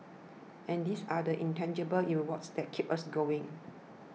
and these are the intangible rewards that keep us going